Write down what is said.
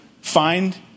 find